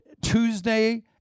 Tuesday